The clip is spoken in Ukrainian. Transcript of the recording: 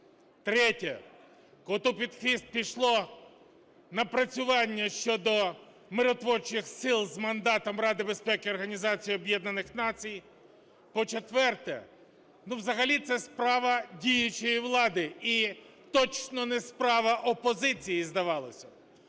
Третє. Коту під хвіст пішло напрацювання щодо миротворчих сил з мандатом Ради Безпеки Організації Об'єднаних Націй. По-четверте, ну, взагалі це справа діючої влади і точно не справа опозиції, здавалось.